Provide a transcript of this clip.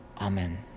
Amen